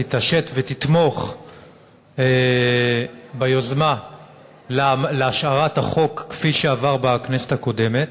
תתעשת ותתמוך ביוזמה להשארת החוק כפי שעבר בכנסת הקודמת.